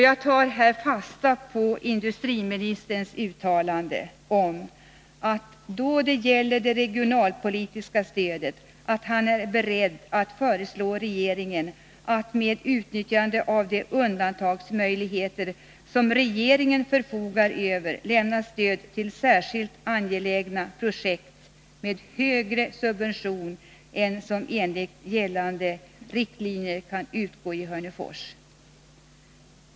Jag tar här fasta på industriministerns uttalande att han, då det gäller det regionalpolitiska stödet, är beredd att föreslå regeringen att, med utnyttjande av de undantagsmöjligheter som regeringen förfogar över, lämna stöd till särskilt angelägna projekt med högre subvention än vad som enligt gällande riktlinjer kan utgå i Hörnefors.